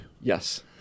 Yes